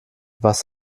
was